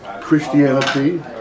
Christianity